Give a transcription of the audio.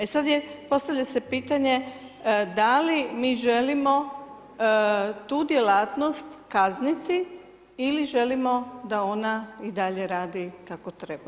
E sada postavlja se pitanje da li mi želimo tu djelatnost kazniti ili želimo da ona i dalje radi kako treba.